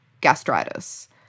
gastritis